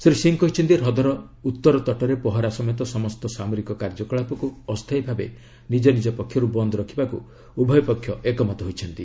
ଶୀ ସିଂ କହିଛନ୍ତି ହ୍ରଦର ଉତ୍ତର ତଟରେ ପହରା ସମେତ ସମସ୍ତ ସାମରିକ କାର୍ଯ୍ୟକଳାପକୁ ଅସ୍ଥାୟୀ ଭାବେ ନିଜନିଜ ପକ୍ଷରୁ ବନ୍ଦ ରଖିବାକୁ ଉଭୟ ପକ୍ଷ ଏକମତ ହୋଇଛନ୍ତି